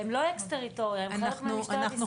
הן לא אקס-טריטוריה; הן חלק ממשטרת ישראל.